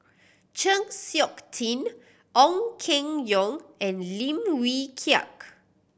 Chng Seok Tin Ong Keng Yong and Lim Wee Kiak